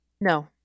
no